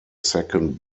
second